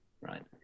right